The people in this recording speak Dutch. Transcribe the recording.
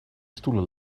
stoelen